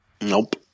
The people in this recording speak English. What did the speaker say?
Nope